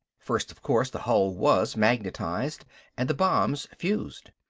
first, of course, the hull was magnetized and the bombs fused.